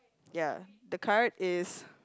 ya the card is